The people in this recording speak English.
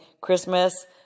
Christmas